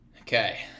Okay